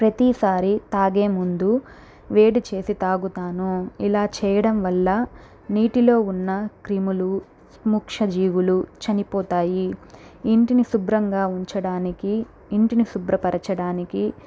ప్రతీసారి తాగే ముందు వేడి చేసి తాగుతాను ఇలా చేయడం వల్ల నీటిలో ఉన్న క్రిములు స్మూక్షజీవులు చనిపోతాయి ఇంటిని శుభ్రంగా ఉంచడానికి ఇంటిని శుభ్రపరచడానికి